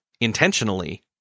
intentionally